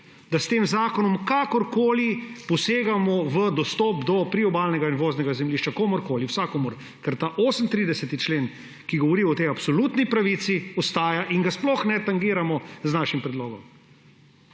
da s tem zakonom kakorkoli posegamo v dostop do priobalnega in vodnega zemljišča komurkoli. Ker ta 38. člen, ki govori o tej absolutni pravici, ostaja in ga sploh ne tangiramo s svojim predlogom.